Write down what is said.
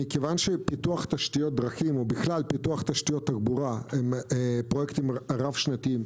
פיתוח תשתיות דרכים ובכלל פיתוח תשתיות תחבורה הם פרויקטים רב-שנתיים.